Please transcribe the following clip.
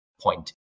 point